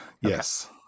yes